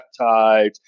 peptides